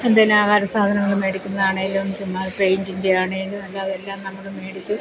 എന്തേലും ആഹാര സാധനങ്ങൾ മേടിക്കുന്ന ആണെങ്കിലും ചുമ്മാ പെയിൻ്റിൻ്റെ ആണെങ്കിലും അല്ലാതെ എല്ലാം നമ്മൾ മേടിച്ചു